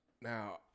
Now